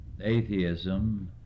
atheism